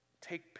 take